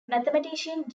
mathematician